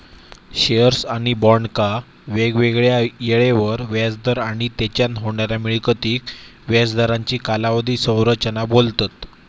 shares किंवा बॉन्डका वेगवेगळ्या येळेवर व्याज दर आणि तेच्यान होणाऱ्या मिळकतीक व्याज दरांची कालावधी संरचना बोलतत